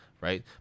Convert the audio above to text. right